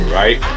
right